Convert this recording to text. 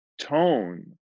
tone